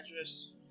address